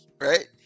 right